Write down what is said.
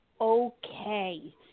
okay